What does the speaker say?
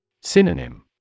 Synonym